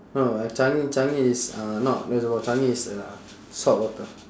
no uh changi changi is uh not reservoir changi is uh saltwater